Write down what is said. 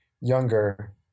younger